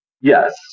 Yes